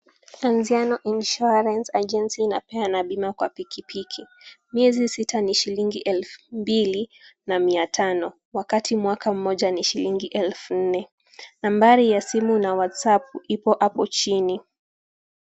Anziano Insurance Agency inapeana bima kwa piki piki. Miezi sita ni shilingi elfu mbili na mia tano wakati mwaka mmoja ni shilingi elfu nne. Nambari ya simu na whatsapp ipo apo chini.